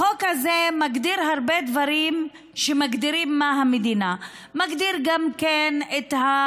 החוק הזה מגדיר הרבה דברים שמגדירים מה המדינה: מגדיר גם את ההמנון,